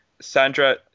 Sandra